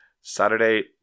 Saturday